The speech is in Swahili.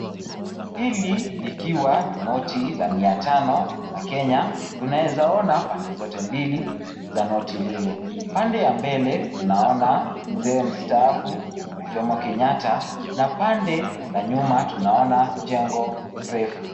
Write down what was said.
Hili likiwa ni noti la mia tano ya kenya. Tunaezaona pande zote mbili za noti lile. Pande ya mbele tunaona mzee mstaafu Jomo Kenyatta na pande ya nyuma tunaona jengo refu.